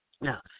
Now